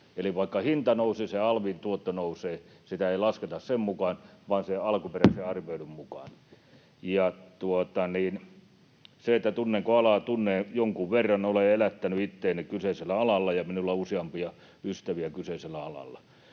eli vaikka hinta nousisi ja alvin tuotto nousee, sitä ei lasketa sen mukaan vaan alkuperäisten arvioiden mukaan. Ja tunnenko alaa? Tunnen jonkun verran. Olen elättänyt itseäni kyseisellä alalla, ja minulla on useampia ystäviä kyseisellä alalla.